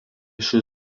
šis